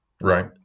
right